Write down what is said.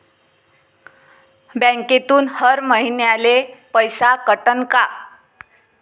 बँकेतून हर महिन्याले पैसा कटन का?